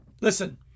listen